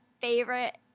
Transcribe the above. favorite